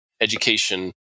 education